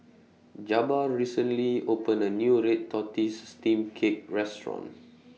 Jabbar recently opened A New Red Tortoise Steamed Cake Restaurant